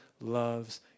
loves